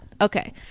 okay